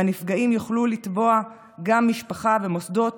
והנפגעים יוכלו לתבוע גם משפחה ומוסדות